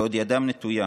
ועוד ידם נטויה.